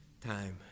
Time